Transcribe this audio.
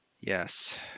Yes